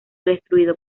destruido